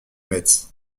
metz